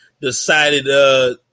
decided